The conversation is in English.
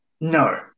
No